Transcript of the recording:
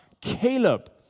Caleb